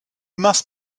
must